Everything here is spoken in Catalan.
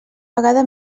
vegada